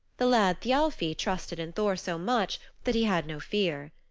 the lad thialfi trusted in thor so much that he had no fear.